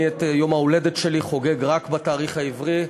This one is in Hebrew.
אני את יום ההולדת שלי חוגג רק בתאריך העברי,